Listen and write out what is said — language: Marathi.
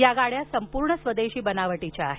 या गाड्या संपूर्णस्वदेशी बनावटीच्या आहेत